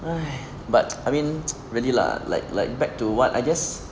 哎 but I mean really lah like like back to what I guess